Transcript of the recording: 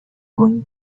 going